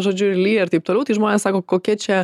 žodžiu lyja ir taip toliau tai žmonės sako kokia čia